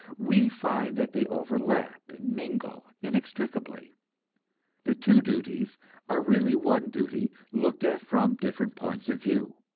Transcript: we find that they overlap and mingle inextricably the two duties are really one duty looked at from different points of view.